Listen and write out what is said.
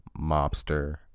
mobster